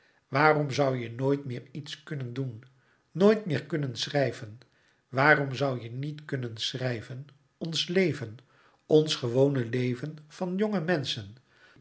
waarom zoû je nooit meer iets kunnen doen nooit meer kunnen schrijven waarom zoû je niet kunnen schrijven ons leven ons gewone leven van jonge menschen